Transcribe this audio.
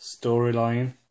storyline